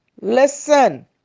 Listen